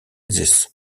this